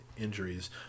injuries